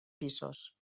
pisos